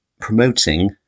promoting